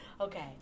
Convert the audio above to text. Okay